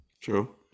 true